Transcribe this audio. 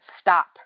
stop